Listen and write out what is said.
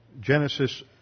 Genesis